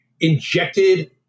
Injected